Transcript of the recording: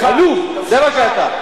עלוב, זה מה שאתה.